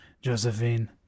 Josephine